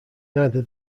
neither